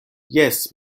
jes